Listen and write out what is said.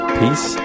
peace